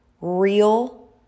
real